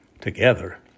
together